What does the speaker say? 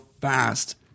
fast